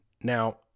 Now